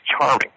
charming